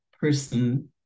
person